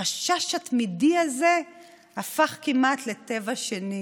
החשש התמידי הזה הפך כמעט לטבע שני